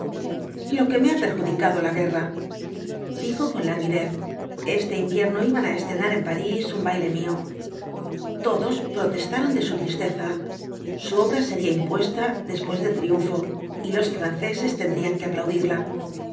lo que me ha perjudicado la guerra dijo con languidez este invierno iban á estrenar en parís un baile mío todos protestaron de su tristeza su obra sería impuesta después del triunfo y los franceses tendrían que aplaudirla